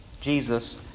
Jesus